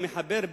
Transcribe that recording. או מחבר,